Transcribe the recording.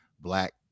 Black